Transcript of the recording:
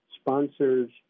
sponsors